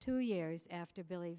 two years after billy